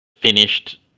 finished